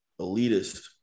elitist